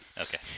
Okay